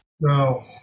No